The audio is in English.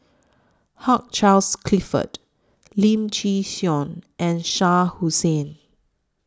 Hugh Charles Clifford Lim Chin Siong and Shah Hussain